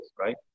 right